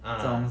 ah